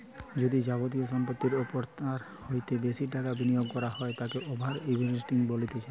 যদি যাবতীয় সম্পত্তির ওপর তার হইতে বেশি টাকা বিনিয়োগ করা হয় তাকে ওভার ইনভেস্টিং বলতিছে